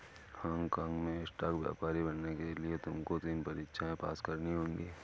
Hong काँग में stock व्यापारी बनने के लिए तुमको तीन परीक्षाएं पास करनी होंगी